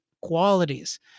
qualities